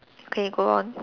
okay go on